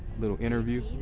little interview.